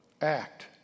act